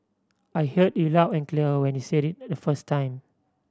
I heard you loud and clear when you said it the first time